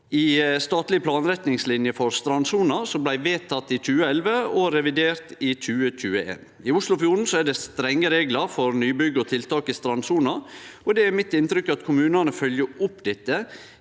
i statlege planretningslinjer for strandsona, som blei vedtatt i 2011 og revidert i 2021. I Oslofjorden er det strenge reglar for nybygg og tiltak i strandsona, og det er mitt inntrykk at kommunane følgjer opp dette